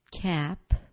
Cap